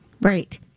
Right